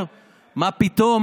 הליכוד.